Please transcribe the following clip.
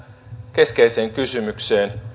keskeiseen kysymykseen